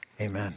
amen